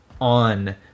on